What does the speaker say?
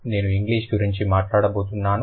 నేను ఇంగ్లీష్ గురించి మాట్లాడబోతున్నాను